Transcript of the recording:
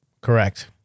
Correct